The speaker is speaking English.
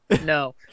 No